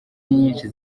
nyinshi